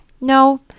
no